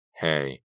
Hey